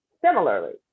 similarly